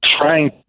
trying